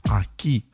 aqui